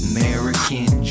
American